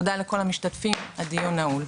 תודה לכל המשתתפים, הדיון נעול.